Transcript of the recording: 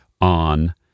on